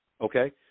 okay